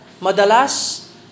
madalas